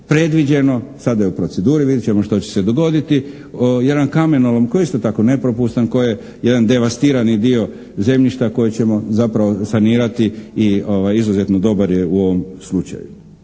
predviđeno, sada je u proceduri, vidjet ćemo što će se dogoditi, jedan kamenolom koji je isto tako nepropustan, koji je jedan devastiran dio zemljišta koji ćemo zapravo sanirati i izuzetno dobar je u ovom slučaju.